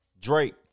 Drake